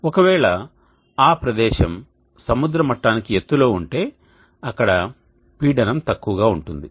ఒకవేళ ఆ ప్రదేశం సముద్ర మట్టానికి ఎత్తులో ఉంటే అక్కడ పీడనం తక్కువగా ఉంటుంది